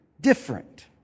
different